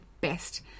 best